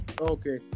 okay